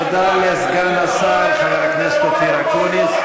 תודה לסגן השר חבר הכנסת אופיר אקוניס.